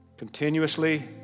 Continuously